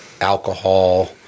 alcohol